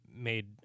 made